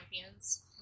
champions